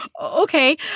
Okay